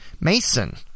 Mason